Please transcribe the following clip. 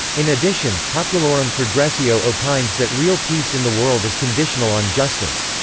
in addition, populorum progressio opines that real peace in the world is conditional on justice.